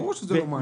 ברור שזה אשראי.